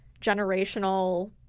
generational